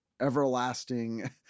everlasting